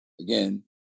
again